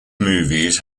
movies